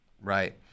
right